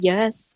Yes